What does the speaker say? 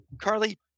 Carly